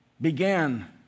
began